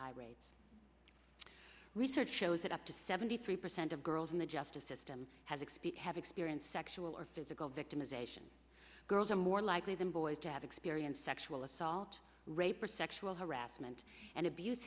high rates research shows that up to seventy three percent of girls in the justice system has expect have experienced sexual or physical victimization girls are more likely than boys to have experienced sexual assault rape or sexual harassment and abuse